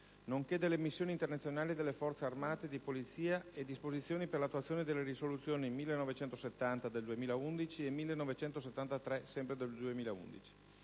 nonché delle missioni internazionali delle forze armate e di polizia e disposizioni per l'attuazione delle Risoluzioni 1970 (2011) e 1973 (2011)